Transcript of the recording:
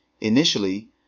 Initially